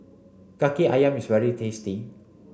Kaki Ayam is very tasty